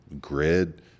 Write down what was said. grid